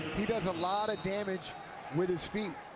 he does a lot of damage with his feet.